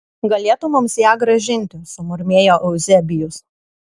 galėtų mums ją grąžinti sumurmėjo euzebijus